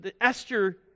Esther